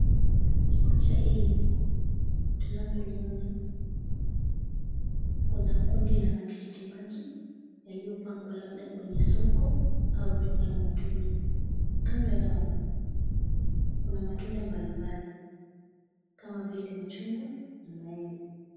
Picha hii tunavyoliona kuna kundi la tikiti maji yaliyopangwa kwenye soko au duka la matunda. Kando yao kuna matunda mbalimbali kama vile machungwa na maembe.